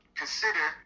consider